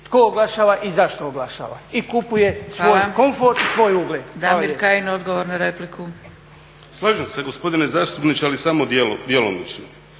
tko oglašava i zašto oglašava i kupuje svoj komfor, svoj ugled.